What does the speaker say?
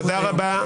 תודה רבה.